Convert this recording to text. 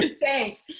Thanks